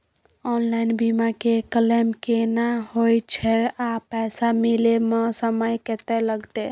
Online बीमा के claim केना होय छै आ पैसा मिले म समय केत्ते लगतै?